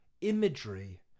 imagery